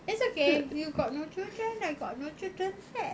it's okay you got no children I got no children fair